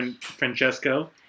Francesco